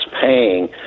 paying